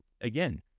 again